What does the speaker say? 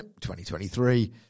2023